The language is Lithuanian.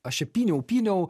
aš čia pyniau pyniau